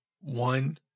One